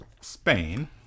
Spain